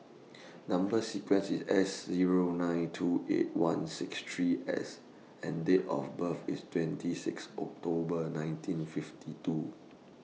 Number sequence IS S Zero nine two eight one six three S and Date of birth IS twenty six October nineteen fifty two